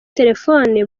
terefone